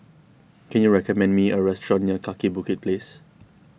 can you recommend me a restaurant near Kaki Bukit Place